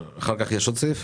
אחר כך יש עוד סעיף?